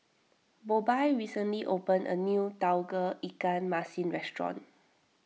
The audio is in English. Bobbye recently opened a new Tauge Ikan Masin restaurant